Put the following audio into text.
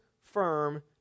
firm